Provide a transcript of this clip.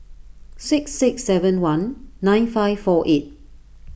six six seven one nine five four eight